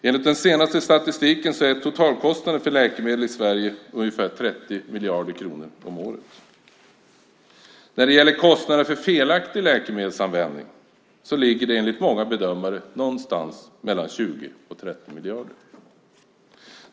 Enligt den senaste statistiken är totalkostnaden för läkemedel i Sverige ungefär 30 miljarder kronor om året. Kostnaderna för felaktig läkemedelsanvändning ligger enligt många bedömare någonstans mellan 20 och 30 miljarder.